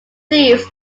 thieves